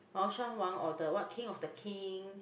mao-shan-wang or the what King of the King